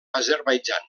azerbaidjan